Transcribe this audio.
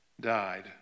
died